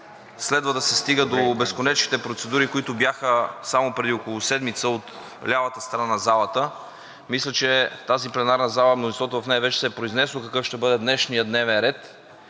следва да се стига до безконечните процедури, които бяха само преди около седмица от лявата страна на залата. Мисля, че тази пленарна зала – мнозинството в нея, вече се е произнесло какъв ще бъде днешният дневен ред